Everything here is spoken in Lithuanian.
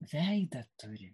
veidą turi